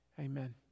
Amen